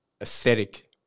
aesthetic